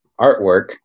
artwork